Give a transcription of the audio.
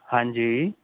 ਹਾਂਜੀ